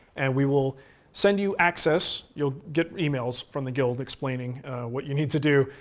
and we will send you access. you'll get emails from the guild explaining what you need to do,